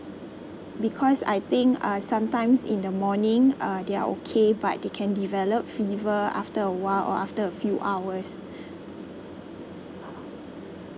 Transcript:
because I think uh sometimes in the morning uh they are okay but they can develop fever after a while or after a few hours